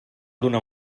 donar